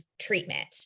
treatment